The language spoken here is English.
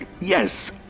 Yes